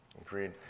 Agreed